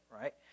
right